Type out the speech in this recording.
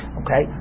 okay